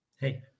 hey